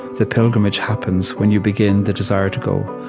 the pilgrimage happens when you begin the desire to go.